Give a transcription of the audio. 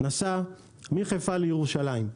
נסע מחיפה לירושלים.